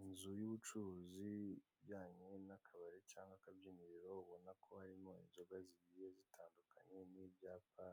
Inzu y'ubucuruzi ijyanye n'akabari cyangwa akabyiniriro ubona ko harimo inzoga zigiye zitandukanye n'ibyapa